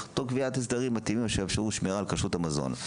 תוך קביעת הסדרים מתאימים שיאפשרו שמירה על כשרות המזון.